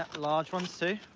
large ones, too.